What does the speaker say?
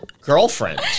girlfriend